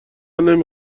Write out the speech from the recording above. نمی